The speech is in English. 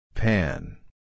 Pan